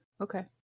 okay